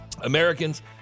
Americans